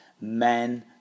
men